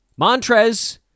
Montrez